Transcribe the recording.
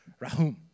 Rahum